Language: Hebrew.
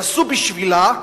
יעשו בשבילה,